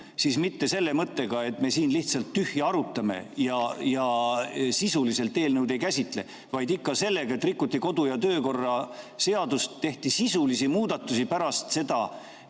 siis mitte selle mõttega, et me siin lihtsalt tühja arutame ja sisuliselt eelnõu ei käsitle, vaid ikka sellega, et rikuti kodu- ja töökorra seadust, tehti sisulisi muudatusi pärast teist